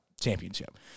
championship